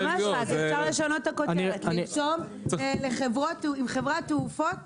צריך לשנות את הכותרת של החוק ולרשום עם חברות תעופה ישראליות.